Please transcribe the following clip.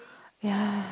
ya